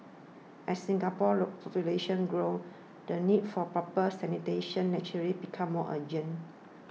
as Singapore's low population grew the need for proper sanitation naturally became more urgent